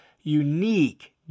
unique